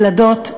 ילדות,